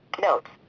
Notes